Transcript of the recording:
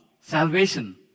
salvation